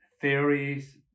theories